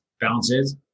balances